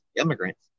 immigrants